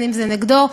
אם נגדו.